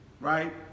right